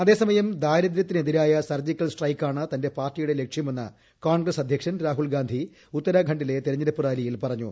അതേസമയം ദാരിദ്ര്യത്തിനെതിരായ സർജിക്കൽ സ്ട്രൈക്കാണ് തന്റെ പാർട്ടിയുടെ ലക്ഷ്യമെന്ന് കോൺഗ്രസ് അധ്യക്ഷൻ രാഹുൽ ഗാന്ധി ഉത്തരാഖണ്ഡിലെ തെരഞ്ഞെടുപ്പ് റാലിയിൽ പറഞ്ഞു